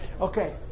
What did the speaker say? okay